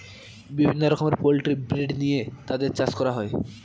বিভিন্ন রকমের poultry breed নিয়ে তাদের চাষ করা হয়